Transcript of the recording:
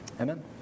Amen